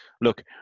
Look